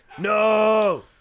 No